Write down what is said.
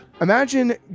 Imagine